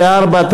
34),